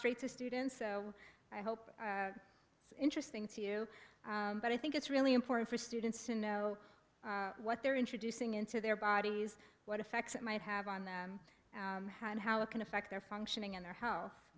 straight to students so i hope it's interesting to you but i think it's really important for students to know what they're introducing into their bodies what effects it might have on them and how it can affect their functioning in their ho